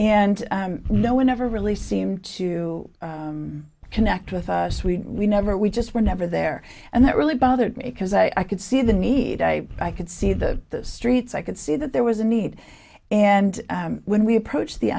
and no one ever really seemed to connect with us we never we just were never there and that really bothered me because i could see the need i i could see the streets i could see that there was a need and when we approached the